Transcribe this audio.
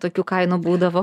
tokių kainų būdavo